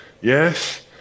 Yes